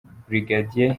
brig